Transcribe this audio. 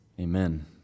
amen